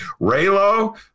Raylo